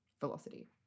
velocity